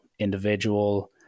individual